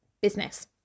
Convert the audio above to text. business